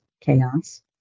chaos